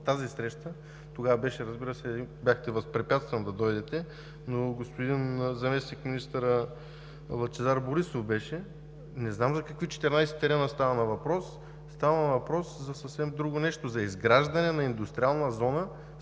тази среща, тогава бяхте възпрепятстван да дойдете, но господин заместник-министър Лъчезар Борисов беше там. Не знам за какви 14 терена става въпрос. Става въпрос за съвсем друго нещо – за изграждане на Индустриална зона